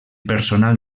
personal